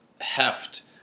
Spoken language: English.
heft